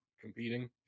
competing